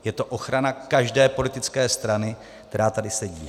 Je to ochrana každé politické strany, která tady sedí.